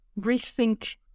rethink